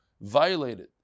violated